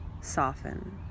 soften